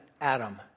Adam